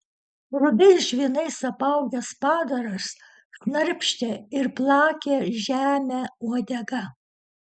rudais žvynais apaugęs padaras šnarpštė ir plakė žemę uodega